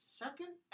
second